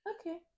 Okay